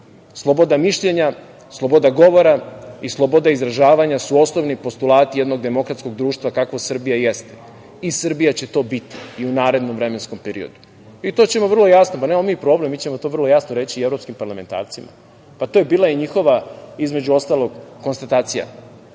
Sloboda mišljenja, sloboda govora i sloboda izražavanja su osnovni postulati jednog demokratskog društva kakva Srbija jeste i Srbija će to biti i u narednom vremenskom periodu. To ćemo vrlo jasno, nemamo mi problem, mi ćemo to vrlo jasno reći i evropskim parlamentarcima. To je bila njihova, između ostalog, konstatacija. Šta